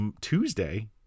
Tuesday